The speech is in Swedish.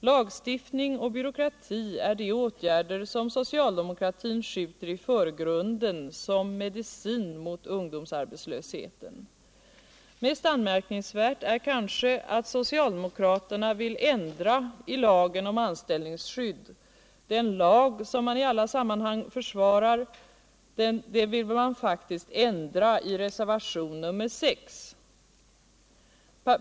Lagstiftning och byråkrati är de åtgärder som socialdemokratin skjuter i förgrunden som medicin mot ungdomsarbetslösheten. Mest anmärkningsvärt är kanske att socialdemokraterna vill ändra i lagen om anställningsskydd. Den lag som man i alla sammanhang försvarar vill man faktiskt ändra i reservationen 6.